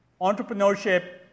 entrepreneurship